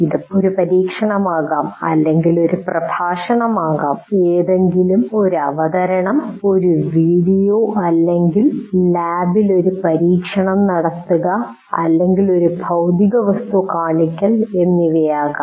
ഇത് ഒരു പരീക്ഷണമാകാം അല്ലെങ്കിൽ അത് ഒരു പ്രഭാഷണമാകാം അത് എന്തെങ്കിലും അവതരണം ഒരു വീഡിയോ അല്ലെങ്കിൽ ലാബിൽ ഒരു പരീക്ഷണം നടത്തുക അല്ലെങ്കിൽ ഒരു ഭൌതിക വസ്തു കാണിക്കൽ എന്നിവ ആകാം